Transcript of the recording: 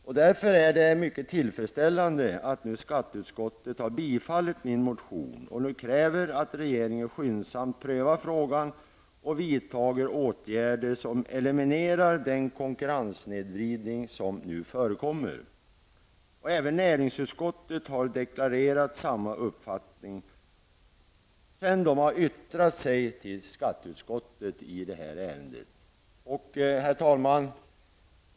Det är därför mycket tillfredsställande att skatteutskottet nu har bifallit min motion och kräver att regeringen skyndsamt prövar frågan och vidtar åtgärder som eliminerar den konkurrenssnedvridning som förekommer. Även näringsutskottet har deklarerat samma uppfattning i det yttrande som avgivits till skatteutskottet i detta ärende. Herr talman!